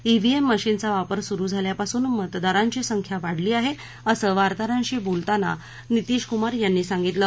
EVM मशिनचा वापर सुरु झाल्यापासून मतदारांची संख्या वाढली आहे असं वार्ताहरांशी बोलताना नितीशकुमार यांनी सांगितलं